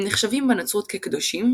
הם נחשבים בנצרות כקדושים,